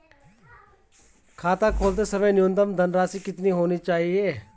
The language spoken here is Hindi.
खाता खोलते समय न्यूनतम धनराशि कितनी होनी चाहिए?